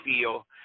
feel